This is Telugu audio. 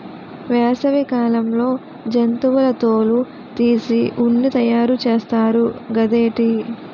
వేసవి కాలంలో జంతువుల తోలు తీసి ఉన్ని తయారు చేస్తారు గదేటి